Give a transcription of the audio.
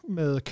med